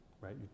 right